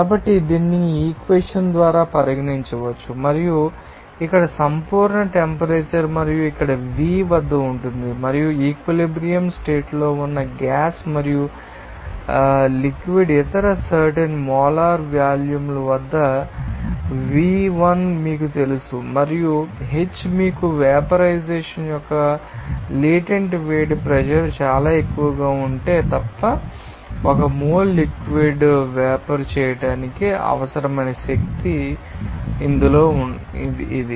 కాబట్టి దీనిని ఈ ఇక్వేషన్ ద్వారా పరిగణించవచ్చు మరియు ఇక్కడ సంపూర్ణ టెంపరేచర్ మరియు ఇక్కడ Vg వద్ద ఉంటుంది మరియు ఈక్విలిబ్రియం స్టేట్ లో ఉన్న గ్యాస్ మరియు లిక్విడ్ ఇతర సర్టెన్ మోలార్ వాల్యూమ్ల వద్ద Vl మీకు తెలుసు మరియు ⊗H మీకు వేపర్ రైజేషన్ యొక్క లేటెంట్ వేడి ప్రెషర్ చాలా ఎక్కువగా ఉంటే తప్ప 1 మోల్ లిక్విడ్ ాన్ని వేపర్ చేయడానికి అవసరమైన శక్తి ఇది